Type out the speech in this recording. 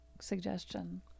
suggestion